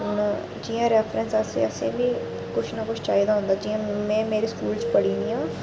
हून जियां रिफ्रेंस आस्तै असें बी कुछ न कुछ चाहि्दा होंंदा जियां में मेरे स्कूल च पढ़ी दी आं